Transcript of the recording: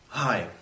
Hi